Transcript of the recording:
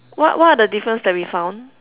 what what are the difference that we found